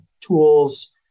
tools